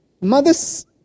mothers